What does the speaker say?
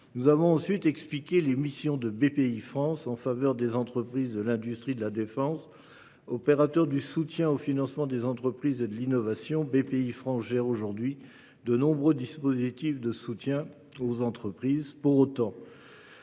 nous avons explicité les missions de Bpifrance en faveur des entreprises de l’industrie de défense française. Opérateur du soutien au financement des entreprises et de l’innovation, Bpifrance gère aujourd’hui de très nombreux dispositifs de soutien aux entreprises. Pour autant,